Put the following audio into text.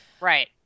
Right